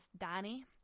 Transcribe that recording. danny